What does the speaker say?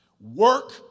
Work